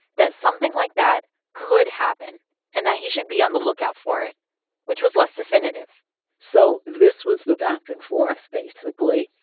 that something like that could happen and that he should be on the lookout for, which which was less definitive so this was the back and forth, basically.